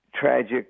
tragic